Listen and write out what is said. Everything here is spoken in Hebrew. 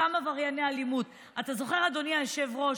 אתה זוכר, אדוני היושב-ראש,